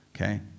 Okay